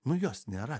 nu jos nėra